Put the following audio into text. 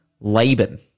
laban